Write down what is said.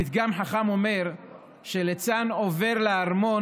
פתגם חכם אומר שליצן שעובר לארמון